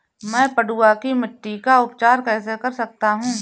मैं पडुआ की मिट्टी का उपचार कैसे कर सकता हूँ?